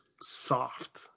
soft